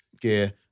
gear